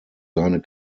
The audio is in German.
seine